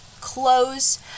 clothes